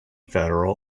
federal